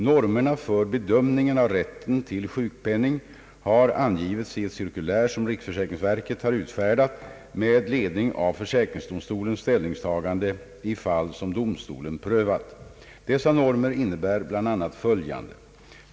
Normerna för bedömningen av rätten till sjukpenning har angivits i ett cirkulär som riksförsäkringsverket har utfärdat med ledning av försäkringsdomstolens = ställningstaganden i fall som domstolen prövat. Dessa normer innebär bl.a. följande.